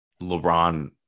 LeBron